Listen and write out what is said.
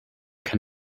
can